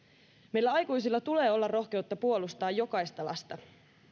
meillä aikuisilla tulee olla rohkeutta puolustaa jokaista lasta